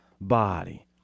body